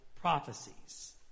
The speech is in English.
prophecies